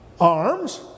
arms